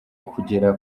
kugera